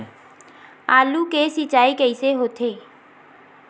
आलू के सिंचाई कइसे होथे?